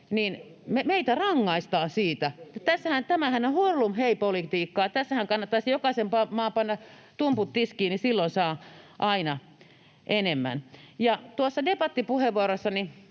Kiljusen välihuuto] Tämähän on hurlumheipolitiikkaa. Tässähän kannattaisi jokaisen maan panna tumput tiskiin, kun silloin saa aina enemmän. Niin kuin sanoin debattipuheenvuorossani